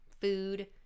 food